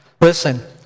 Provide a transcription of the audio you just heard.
Listen